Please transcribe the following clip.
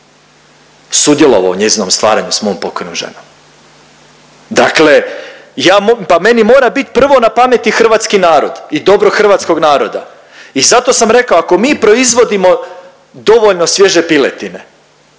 sudjelovao u njezinom stvaranju s mojom pokojnom ženom. Dakle, ja mo… pa meni mora biti prvo na pameti hrvatski narod i dobro hrvatskog naroda i zato sam rekao ako mi proizvodimo dovoljno svježe piletine,